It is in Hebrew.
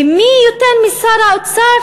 ומי יותר משר האוצר,